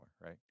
Right